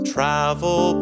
Travel